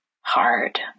hard